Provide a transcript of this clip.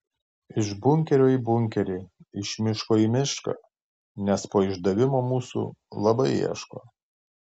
iš bunkerio į bunkerį iš miško į mišką nes po išdavimo mūsų labai ieško